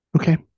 Okay